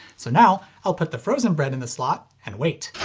so now i'll put the frozen bread in the slot, and wait.